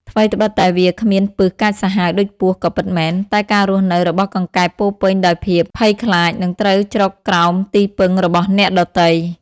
ថ្វីត្បិតតែវាគ្មានពិសកាចសាហាវដូចពស់ក៏ពិតមែន តែការស់នៅរបស់កង្កែបពោរពេញដោយភាពភ័យខ្លាច និងត្រូវជ្រកក្រោមទីពឹងរបស់អ្នកដទៃ។